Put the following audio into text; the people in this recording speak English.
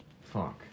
Fuck